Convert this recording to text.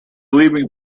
leaving